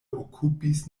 okupis